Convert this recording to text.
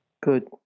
Good